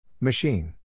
Machine